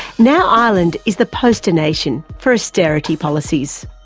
now ireland is the poster nation for austerity policies.